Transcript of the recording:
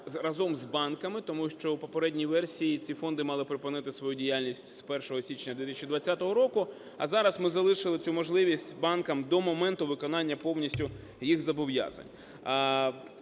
разом з банками. Тому що у попередній версії ці фонди мали припинити свою діяльність з 1 січня 2020 року. А зараз ми залишили цю можливість банкам до моменту виконання повністю їх зобов'язань.